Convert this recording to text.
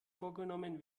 vorgenommen